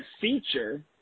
feature